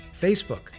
Facebook